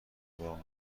واقعا